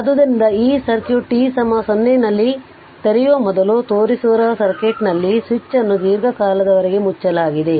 ಆದ್ದರಿಂದ ಈ circuit t 0 ನಲ್ಲಿ ತೆರೆಯುವ ಮೊದಲು ತೋರಿಸಿರುವ ಸರ್ಕ್ಯೂಟ್ನಲ್ಲಿನ ಸ್ವಿಚ್ ಅನ್ನು ದೀರ್ಘಕಾಲದವರೆಗೆ ಮುಚ್ಚಲಾಗಿದೆ